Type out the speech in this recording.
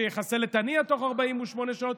שיחסל את הנייה תוך 48 שעות,